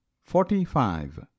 Forty-five